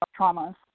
traumas